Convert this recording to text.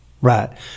Right